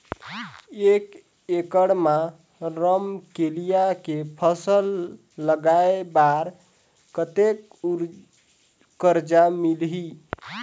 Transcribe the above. एक एकड़ मा रमकेलिया के फसल लगाय बार कतेक कर्जा मिलही?